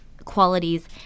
qualities